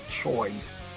choice